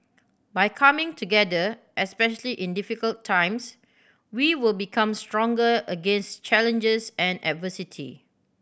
by coming together especially in difficult times we will become stronger against challenges and adversity